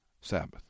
Sabbath